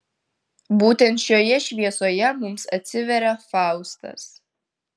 būtent šioje šviesoje mums atsiveria faustas